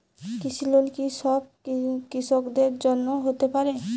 কৃষি লোন কি সব কৃষকদের জন্য হতে পারে?